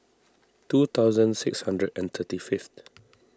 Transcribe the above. two thousand six hundred and thirty fifth